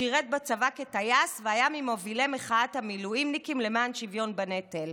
שירת בצבא כטייס והיה ממובילי מחאת המילואימניקים למען שוויון בנטל.